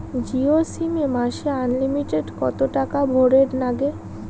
Jio sim এ মাসে unlimited কত টাকা ভরের নাগে?